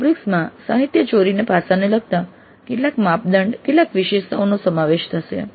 rubrics માં સાહિત્યચોરીના પાસાને લગતા કેટલાક માપદંડકેટલાક વિશેષતાઓનો સમાવેશ થશે